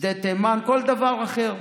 שדה תימן, כל דבר אחר.